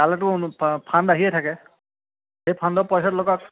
তালেতো fund আহিয়ে থাকে সেই ফাণ্ডৰ পইচাটো লগাওক